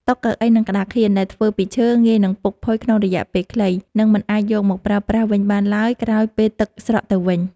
តុ កៅអី និងក្តារខៀនដែលធ្វើពីឈើ ងាយនឹងពុកផុយក្នុងរយៈពេលខ្លី និង មិនអាចយកមកប្រើប្រាស់វិញបានឡើយក្រោយពេលទឹកស្រកទៅវិញ។